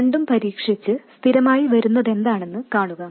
രണ്ടും പരീക്ഷിച്ച് സ്ഥിരമായി വരുന്നതെന്താണെന്ന് കാണുക